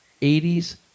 80s